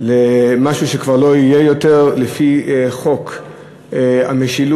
למשהו שכבר לא יהיה לפי חוק המשילות